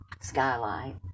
skylight